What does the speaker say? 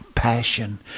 Passion